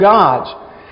gods